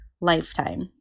lifetime